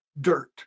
dirt